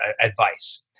advice